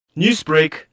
Newsbreak